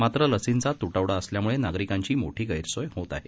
मात्र लसींचा तुटवडा असल्यामुळे नागरिकांची मोठी गैरसोय होत आहे